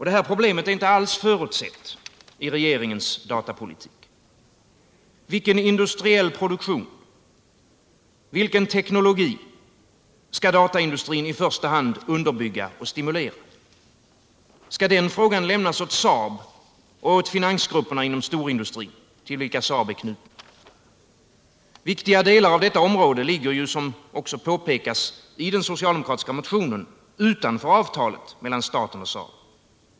Det här problemet är inte alls förutsett i regeringens datapolitik. Vilken industriell produktion, vilken teknologi skall dataindustrin i första hand underbygga och stimulera? Skall den frågan lämnas åt Saab och åt finansgrupperna inom storindustrin till vilka Saab är knutet? Viktiga delar av detta område ligger ju, som också påpekats i den socialdemokratiska motionen, utanför avtalet mellan staten och Saab.